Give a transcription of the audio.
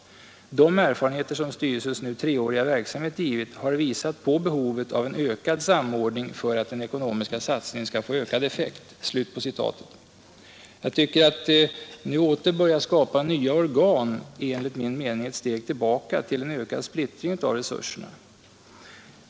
De erfarenheter som styrelsens nu treåriga verksamhet givit, har visat på behovet av en ökad samordning för att den ekonomiska satsningen skall få ökad effekt.” Att nu åter börja skapa nya organ är enligt min mening ett steg tillbaka till ökad splittring av resurserna.